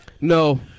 No